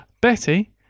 Betty